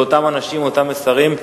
זה אותם אנשים, אותם מסרים.